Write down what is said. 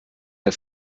der